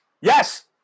Yes